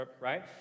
Right